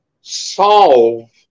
solve